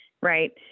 right